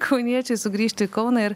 kauniečiui sugrįžti į kauną ir